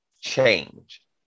change